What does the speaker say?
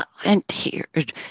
volunteered